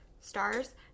stars